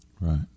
Right